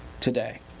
today